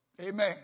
Amen